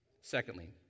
Secondly